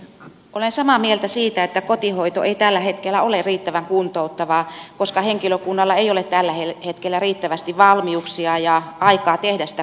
olen samaa mieltä siitä että kotihoito ei tällä hetkellä ole riittävän kuntouttavaa koska henkilökunnalla ei ole tällä hetkellä riittävästi valmiuksia ja aikaa tehdä sitä kuntouttavaa työtä